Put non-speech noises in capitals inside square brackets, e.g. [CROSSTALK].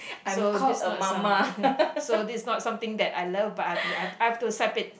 so this is not some [LAUGHS] so this is not something that I love but I've to I've I've to accept it